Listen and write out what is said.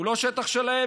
הוא לא שטח שלהם.